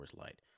Light